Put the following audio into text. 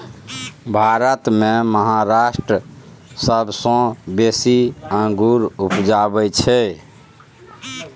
भारत मे महाराष्ट्र सबसँ बेसी अंगुर उपजाबै छै